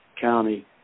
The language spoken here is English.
county